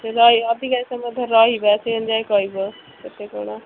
ସେ ରହି ଅଧିକା ସମୟ ଧରି ରହିବା ସେ ଅନୁଯାୟୀ କହିବ କେତେ କ'ଣ